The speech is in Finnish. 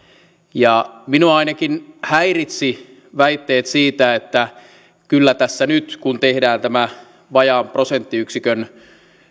ja minua ainakin häiritsivät väitteet siitä että kyllä tässä nyt kun tehdään tämä vajaan prosenttiyksikön